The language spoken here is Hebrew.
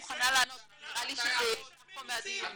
אני מוכנה לענות רק נראה לי שזה ייקח פה מהדיון.